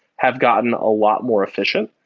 have gotten a lot more efficient.